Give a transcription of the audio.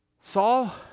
Saul